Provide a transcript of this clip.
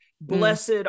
Blessed